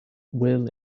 will